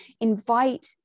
invite